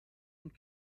und